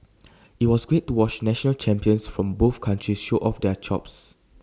IT was great to watch national champions from both countries show off their chops